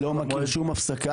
לא מכיר שום הפסקה.